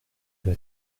doit